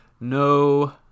No